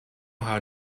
how